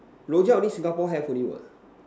Rojak only Singapore have only what